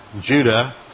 Judah